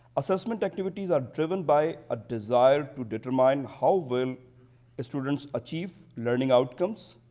assessment activities are driven by a desire to determine how well students achieve learning outcomes,